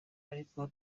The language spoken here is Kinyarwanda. ariko